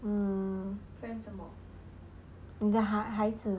mm 你的孩子